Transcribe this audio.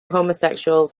homosexuals